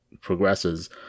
progresses